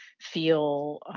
feel